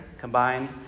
combined